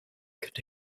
could